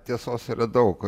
tiesos yra daug